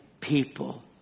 people